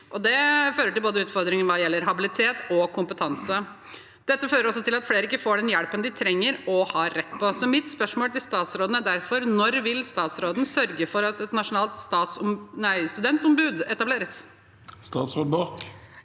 Det fører til utfordringer hva gjelder både habilitet og kompetanse. Det fører også til at flere ikke får den hjelpen de trenger, og har rett på. Mitt spørsmål til statsråden er derfor: Når vil statsråden sørge for at et nasjonalt studentombud etableres? Statsråd